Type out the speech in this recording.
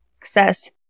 access